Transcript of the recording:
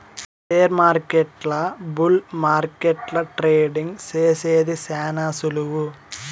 షేర్మార్కెట్ల బుల్ మార్కెట్ల ట్రేడింగ్ సేసేది శాన సులువు